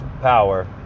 power